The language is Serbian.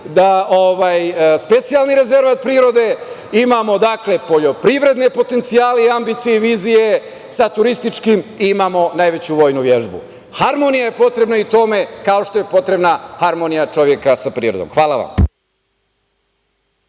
Specijalni rezervat prirode? Dakle, imamo poljoprivredne potencijale, ambicije i vizije sa turističkim i imamo najveću vojnu vežbu. Dakle, harmonija je potrebna tome, kao što je potrebna harmonija čoveka sa prirodom. Hvala.